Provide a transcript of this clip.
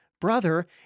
brother